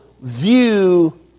view